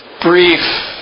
brief